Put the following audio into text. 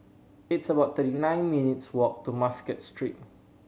it's about thirty nine minutes' walk to Muscat Street